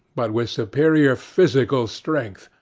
but with superior physical strength.